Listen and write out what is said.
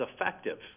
effective